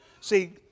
See